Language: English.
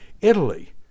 Italy